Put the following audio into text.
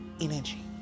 energy